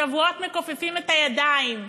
שבועות מכופפים את הידיים,